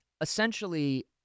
essentially